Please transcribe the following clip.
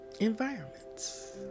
environments